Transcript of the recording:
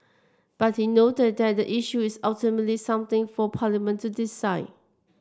but he noted that the issue is ultimately something for Parliament to decide